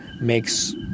makes